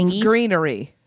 greenery